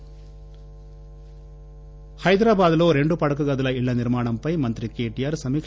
కేటీఆర్ హైదరాబాద్ లో రెండు పడక గదుల ఇళ్ల నిర్మాణంపై మంత్రి కేటీఆర్ సమీక